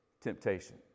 temptation